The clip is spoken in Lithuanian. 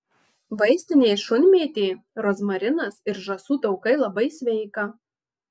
vaistinė šunmėtė rozmarinas ir žąsų taukai labai sveika